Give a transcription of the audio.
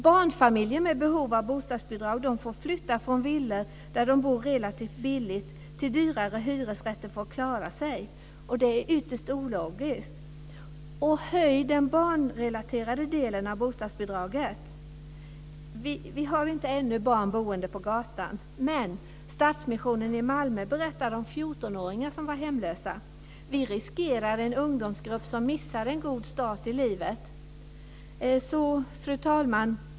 Barnfamiljer med behov av bostadsbidrag får flytta från villor där de bor relativt billigt till dyrare hyresrätter för att klara sig. Det är ytterst ologiskt. Höj den barnrelaterade delen av bostadsbidraget! Vi har inte barn boende på gatan ännu, men Stadsmissionen i Malmö berättade om 14 åringar som var hemlösa. Vi riskerar att en ungdomsgrupp missar en god start i livet. Fru talman!